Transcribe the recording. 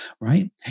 right